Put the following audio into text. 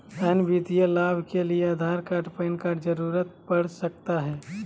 अन्य वित्तीय लाभ के लिए आधार कार्ड पैन कार्ड की जरूरत पड़ सकता है?